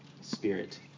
spirit